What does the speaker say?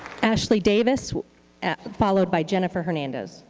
ashley davis followed by jennifer hernandez.